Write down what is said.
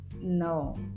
No